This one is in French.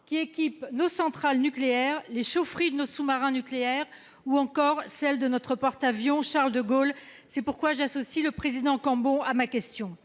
qui équipent nos centrales nucléaires et les chaufferies de nos sous-marins nucléaires, ou encore celles de notre porte-avions Charles-de-Gaulle- c'est pourquoi j'associe à ma question